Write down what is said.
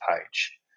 page